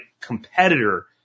competitor